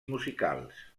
musicals